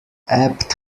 apt